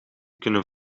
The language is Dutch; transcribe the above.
kunnen